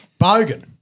Bogan